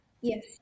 yes